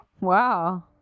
Wow